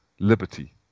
Liberty